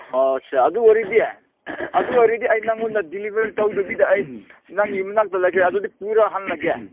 ꯑꯣꯁꯥ ꯑꯗꯨ ꯑꯣꯏꯔꯗꯤ ꯑꯗꯨ ꯑꯣꯏꯔꯗꯤ ꯑꯩ ꯅꯉꯣꯟꯗ ꯗꯤꯂꯤꯕꯔ ꯇꯧꯗꯕꯤꯗ ꯑꯩ ꯅꯪꯒꯤ ꯃꯅꯥꯛꯇ ꯂꯩꯈ꯭ꯔꯦ ꯑꯗꯨꯗꯤ ꯄꯨꯔ ꯍꯜꯂꯒꯦ